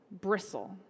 bristle